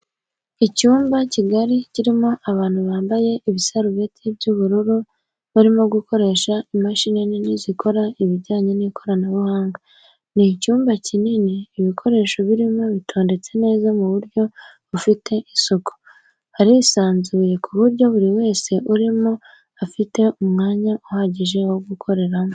Icyumba kigari kirimo abantu bambaye ibisarubeti by'ubururu barimo gukoresha imashini nini zikora ibijyanye n'ikoranabuhanga, ni icyumba kinini, ibikoresho birimo bitondetse neza mu buryo bufite isuku, harisanzuye ku buryo buri wese urimo afite umwanya uhagije wo gukoreramo.